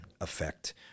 effect